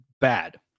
bad